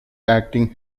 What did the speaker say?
acting